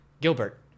Gilbert